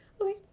Okay